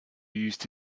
used